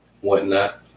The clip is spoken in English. whatnot